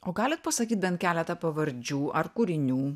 o galit pasakyt bent keletą pavardžių ar kūrinių